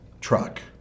truck